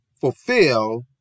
fulfill